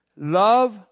Love